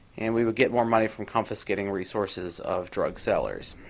and we would get more money from confiscating resources of drug sellers.